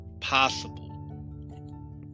possible